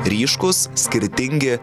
ryškūs skirtingi